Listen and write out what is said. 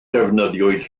defnyddiwyd